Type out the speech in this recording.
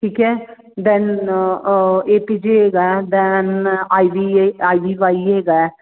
ਠੀਕ ਹੈ then A P J ਹੈਗਾ then I V A I V Y ਹੈਗਾ